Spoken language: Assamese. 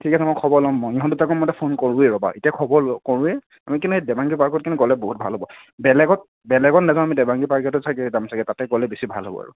ঠিক আছে মই খবৰ ল'ম মই ইহঁত দুটাকো মই এটা ফোন কৰোঁৱে ৰ'বা এতিয়া খবৰ কৰোঁৱে আমি কিন্তু দেৱাংগী পাৰ্কত কিন্তু গ'লে বহুত ভাল হ'ব বেলেগত বেলেগত নাযাওঁ আমি দেবাংগী পাৰ্কতে চাগে যাম চাগে তাতে গ'লে বেছি ভাল হ'ব আৰু